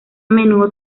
menudo